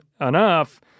enough